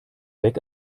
weg